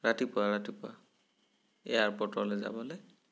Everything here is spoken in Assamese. ৰাতিপুৱা ৰাতিপুৱা এয়াৰপৰ্টলে যাবলৈ